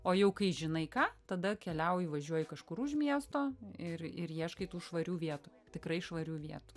o jau kai žinai ką tada keliauji važiuoji kažkur už miesto ir ir ieškai tų švarių vietų tikrai švarių vietų